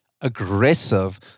aggressive